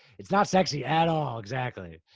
it's not sexy at all. exactly.